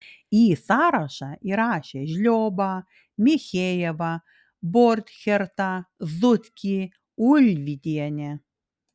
į sąrašą įrašė žliobą michejevą borchertą zutkį ulvydienę